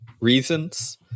reasons